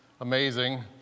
amazing